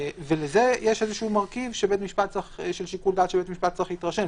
לזה יש איזה מרכיב של שיקול דעת שבית משפט צריך להתרשם.